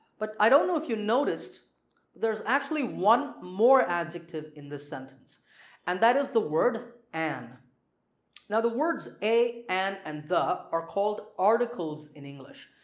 but i don't know if you noticed there's actually one more adjective in this sentence and that is the word an now the words a, an, and the are called articles in english.